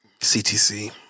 CTC